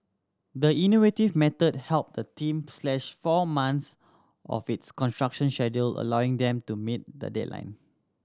the innovative method helped the team slash four months off its construction schedule allowing them to meet the deadline